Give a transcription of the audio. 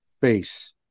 face